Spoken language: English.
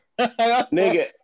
nigga